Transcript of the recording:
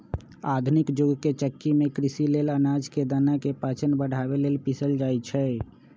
आधुनिक जुग के चक्की में कृषि लेल अनाज के दना के पाचन बढ़ाबे लेल पिसल जाई छै